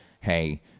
hey